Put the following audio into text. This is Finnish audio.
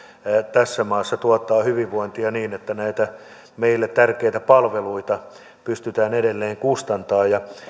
tässä maassa tuottaa hyvinvointia niin että näitä meille tärkeitä palveluita pystytään edelleen kustantamaan